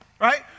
right